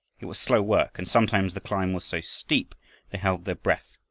it was slow work, and sometimes the climb was so steep they held their breath,